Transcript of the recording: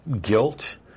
guilt